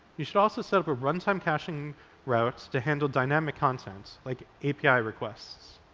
you should also set up a runtime caching route to handle dynamic content like api requests.